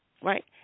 right